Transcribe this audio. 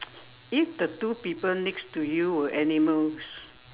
if the two people next to you were animals